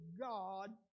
God